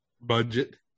budget